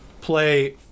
play